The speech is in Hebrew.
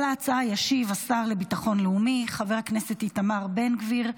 על ההצעה ישיב השר לביטחון לאומי חבר הכנסת איתמר בן גביר.